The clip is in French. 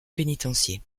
pénitencier